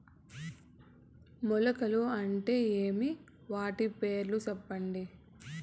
మొలకలు అంటే ఏమి? వాటి పేర్లు సెప్పండి?